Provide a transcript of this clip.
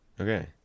Okay